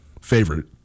favorite